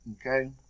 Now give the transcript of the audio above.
Okay